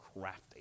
crafty